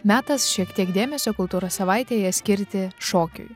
metas šiek tiek dėmesio kultūros savaitėje skirti šokiui